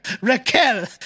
Raquel